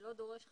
ולא דורש חקיקה.